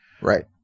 Right